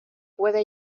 puede